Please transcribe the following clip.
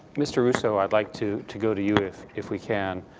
mr. russo, i'd like to to go to you if if we can.